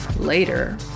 later